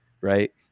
right